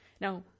now